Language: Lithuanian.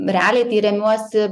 realiai tai remiuosi